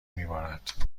میبارد